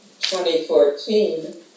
2014